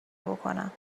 بکنم